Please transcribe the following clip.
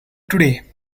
today